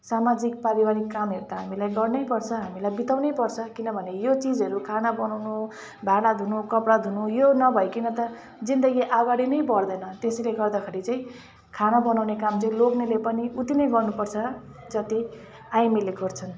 सामाजिक पारिवारिक कामहरू त हामीलाई गर्नैपर्छ हामीलाई बिताउनैपर्छ किनभने यो चिजहरू खाना बनाउनु भाँडा धुनु कपडा धुनु यो नभइकन त जिन्दगी अगाडि नै बढ्दैन त्यसैले गर्दाखेरि चाहिँ खाना बनाउने काम चाहिँ लोग्नेले पनि उति नै गर्नुपर्छ जति आइमाईले गर्छन्